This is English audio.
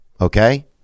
okay